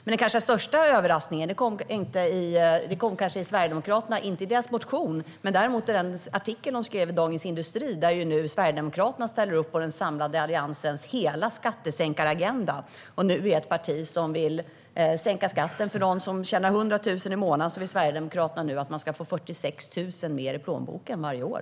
Den kanske största överraskningen kom från Sverigedemokraterna, dock inte i deras motion utan i den artikel de skrev i Dagens industri. Sverigedemokraterna ställer nu upp på den samlade Alliansens hela skattesänkaragenda. För dem som tjänar 100 000 i månaden vill Sverigedemokraterna nu sänka skatten så att de får 46 000 mer i plånboken varje år.